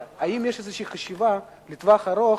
האם יש איזו חשיבה לטווח ארוך